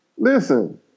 Listen